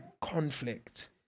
conflict